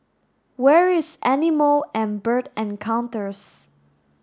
where is Animal and Bird Encounters